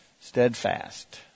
Steadfast